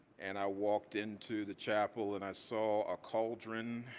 and i walked into the chapel, and i saw a cauldron